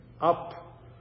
up